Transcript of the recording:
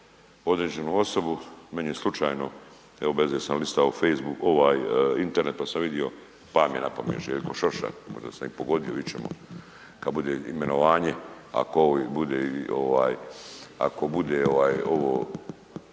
određenu osobu, meni je slučajno, evo bezveze sam listao facebook, ovaj Internet, pa sam vidio, pa mi je napamet Željko Šoša, možda sam i pogodio, vidit ćemo kad bude imenovanje, ako ovi